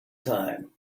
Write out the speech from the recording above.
time